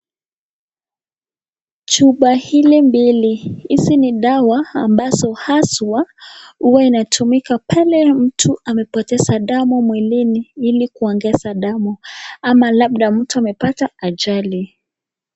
Chupa hili mbili. Hizi ni dawa ambazo haswa huwa inatumika pale mtu amepoteza damu mwilini ili kuongeza damu ama labda mtu amepata ajali.